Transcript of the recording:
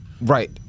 right